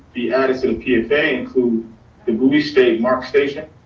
the addison pfa include the bowie state mark station,